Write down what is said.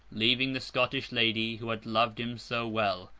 leaving the scottish lady, who had loved him so well,